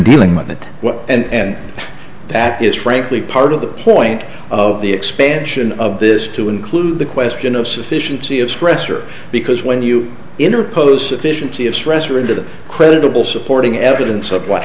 dealing with it well and that is frankly part of the point of the expansion of this to include the question of sufficiency of stress or because when you interpose sufficiency of stress or into the credible supporting evidence of what